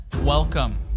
welcome